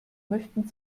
möchten